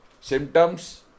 symptoms